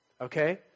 okay